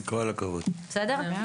בסדר?